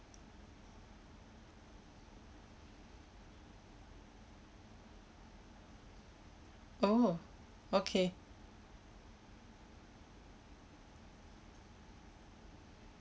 oh okay